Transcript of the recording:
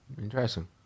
Interesting